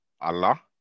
Allah